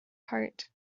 part